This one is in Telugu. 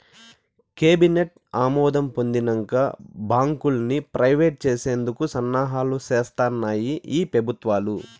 కేబినెట్ ఆమోదం పొందినంక బాంకుల్ని ప్రైవేట్ చేసేందుకు సన్నాహాలు సేస్తాన్నాయి ఈ పెబుత్వాలు